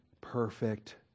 perfect